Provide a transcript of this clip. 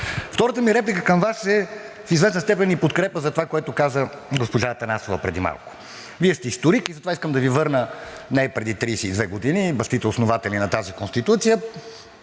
Втората ми реплика към Вас е в известна степен и подкрепа за това, което каза госпожа Атанасова преди малко. Вие сте историк и затова искам да Ви върна не преди 32 години за бащите, основатели на тази Конституция,